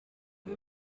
uyu